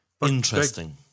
interesting